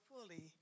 fully